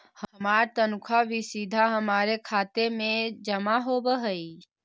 हमार तनख्वा भी सीधा हमारे खाते में जमा होवअ हई